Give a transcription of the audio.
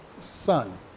son